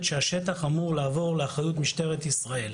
שהשטח אמור לעבור לאחריות משטרת ישראל.